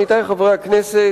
עמיתי חברי הכנסת,